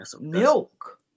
milk